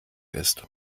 ist